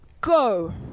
go